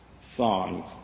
songs